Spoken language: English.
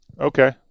Okay